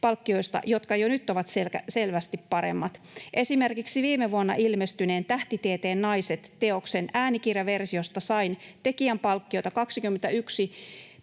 palkkioista, jotka jo nyt ovat selvästi paremmat. Esimerkiksi viime vuonna ilmestyneen Tähtitieteen naiset -teoksen äänikirjaversiosta sain tekijänpalkkiota 21,77